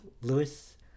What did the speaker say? Lewis